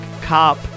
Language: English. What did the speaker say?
cop